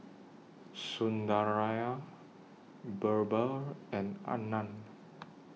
Sundaraiah Birbal and Anand